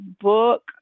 book